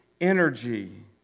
energy